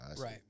Right